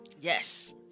yes